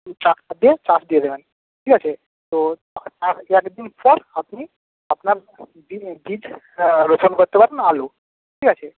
tractor দিয়ে চাষ দিয়ে দেবেন ঠিক আছে তো সার দেওয়ার দু একদিন পর আপনি আপনার বীজ রোপণ করতে পারবেন আলু ঠিক আছে